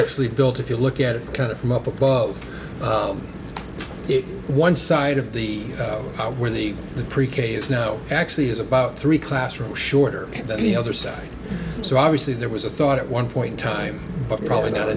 actually built if you look at it kind of from up above it one side of the where the the pre k is now actually is about three classrooms shorter than the other side so obviously there was a thought it one point time but probably not a